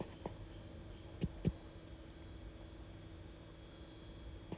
then but in the meantime they just give you this like five tables 对不对